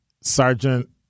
Sergeant